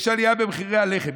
יש עלייה במחירי הלחם.